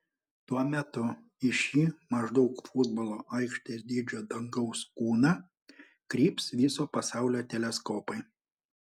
tuo metu į šį maždaug futbolo aikštės dydžio dangaus kūną kryps viso pasaulio teleskopai